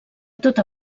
tota